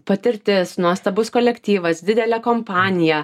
patirtis nuostabus kolektyvas didelė kompanija